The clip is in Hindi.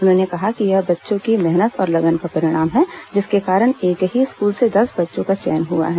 उन्होंने कहा कि यह बच्चों की मेहनत और लगन का परिणाम है जिसके कारण एक ही स्कूल के दस बच्चों का चयन हुआ है